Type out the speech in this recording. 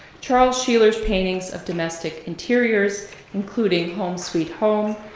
charles sheeler's paintings of domestic interiors including home, sweet home,